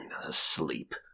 Asleep